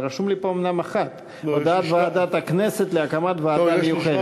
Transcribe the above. אומנם רשומה לי אחת: הודעת ועדת הכנסת להקמת ועדה מיוחדת.